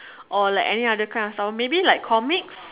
or like any other kind of style maybe like comics